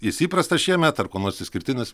jis įprastas šiemet ar kuo nors išskirtinis